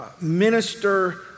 minister